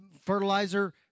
Fertilizer